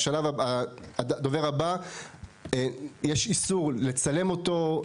הדובר הבא יש איסור לצלם אותו,